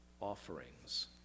offerings